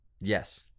Yes